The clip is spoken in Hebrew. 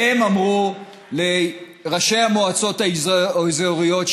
הם אמרו לראשי המועצות האזוריות,